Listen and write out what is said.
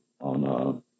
on